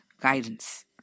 guidance